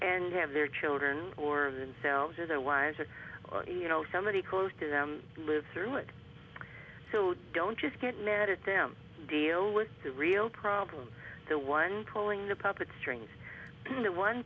and have their children or themselves or their wives or you know somebody close to them move through it so you don't just get mad at them deal with the real problem the one pulling the puppet strings the one